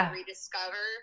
rediscover